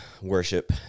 worship